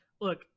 Look